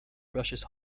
rushes